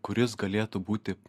kuris galėtų būti